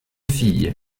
fille